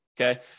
okay